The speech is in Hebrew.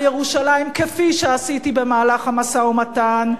על ירושלים, כפי שעשיתי במהלך המשא-ומתן,